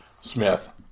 Smith